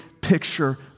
picture